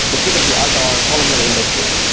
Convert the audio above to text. the state of the art are columnar indexes,